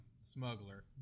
smuggler